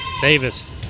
Davis